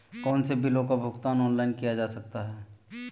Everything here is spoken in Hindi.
कौनसे बिलों का भुगतान ऑनलाइन किया जा सकता है?